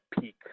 peak